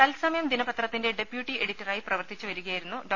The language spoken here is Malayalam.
തത്സമയം ദിനപത്രത്തിന്റെ ഡെപ്യൂട്ടി എഡിറ്ററായി പ്രവർത്തിച്ചുവരികയായിരുന്നു ഡോ